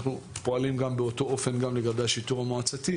אנחנו פועלים באופן אופן גם לגבי השיטור המועצתי,